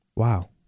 Wow